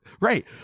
Right